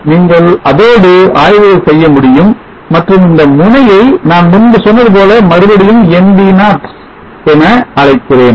ஆகவே நீங்கள் அதோடு ஆய்வுகள் செய்ய முடியும் மற்றும் இந்த முனையை நான் முன்பு சொன்னது போல மறுபடியும் nV0 என்று அழைக்கிறேன்